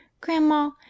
Grandma